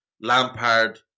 Lampard